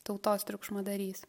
tautos triukšmadarys